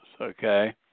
Okay